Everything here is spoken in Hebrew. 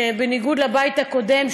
שבניגוד לבית הקודם,